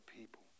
people